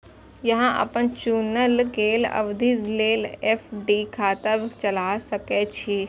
अहां अपन चुनल गेल अवधि लेल एफ.डी खाता चला सकै छी